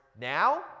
now